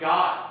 God